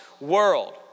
World